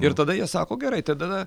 ir tada jie sako gerai tai tada